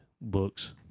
books